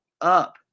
up